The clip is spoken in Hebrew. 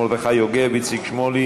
מרדכי יוגב ואיציק שמולי